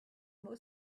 more